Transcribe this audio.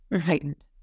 heightened